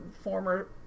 former